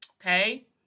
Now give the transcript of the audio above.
Okay